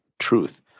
truth